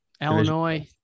Illinois